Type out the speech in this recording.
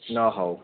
ନ ହଉ